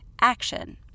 action